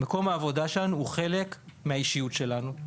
מקום העבודה שלנו הוא חלק מהאישיות שלנו,